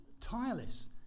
tireless